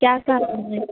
क्या कर रही हैं